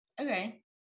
Okay